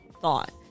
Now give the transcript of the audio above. thought